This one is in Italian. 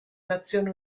nazioni